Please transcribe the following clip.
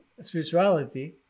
spirituality